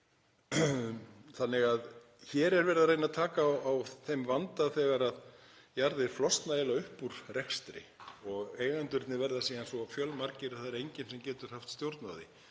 Þannig að hér er verið að reyna að taka á þeim vanda þegar jarðir flosna eiginlega upp úr rekstri og eigendurnir verða síðan svo fjölmargir að það er enginn sem getur haft stjórn á því.